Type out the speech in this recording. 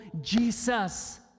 Jesus